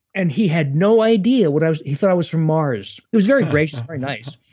and he had no idea what i was. he thought i was from mars. he was very gracious, very nice,